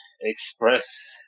express